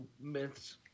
myths